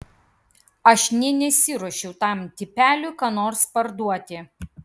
aš nė nesiruošiau tam tipeliui ką nors parduoti